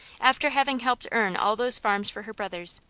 after having helped earn all those farms for her brothers.